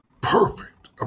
perfect